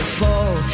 fall